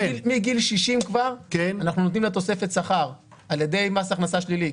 מגיל 60 אנחנו נותנים לה תוספת שכר על ידי מס הכנסה שלילי.